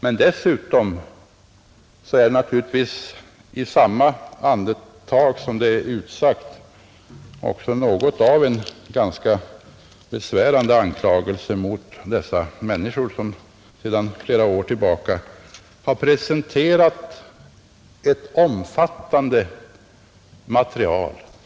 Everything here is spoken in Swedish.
Men dessutom är det givetvis också något av en ganska besvärande anklagelse mot de människor som sedan flera år tillbaka har presenterat ett omfattande insamlat material.